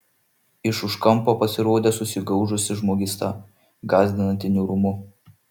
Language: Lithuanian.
iš už kampo pasirodė susigaužusi žmogysta gąsdinanti niūrumu